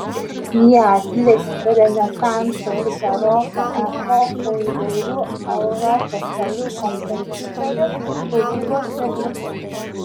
jie atliks renesanso ir baroko epochų įvairių europos šalių kompozitorių kūrybos perliukus